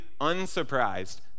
unsurprised